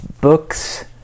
books